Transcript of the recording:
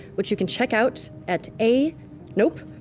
which you can check out at a nope.